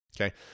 okay